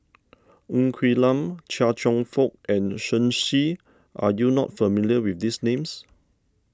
Ng Quee Lam Chia Cheong Fook and Shen Xi are you not familiar with these names